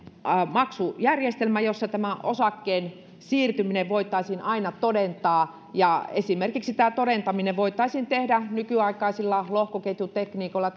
maksujärjestelmä jossa osakkeen siirtyminen voitaisiin aina todentaa ja tämä todentaminen voitaisiin tehdä esimerkiksi nykyaikaisilla lohkoketjutekniikoilla